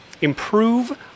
improve